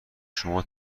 شما